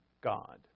God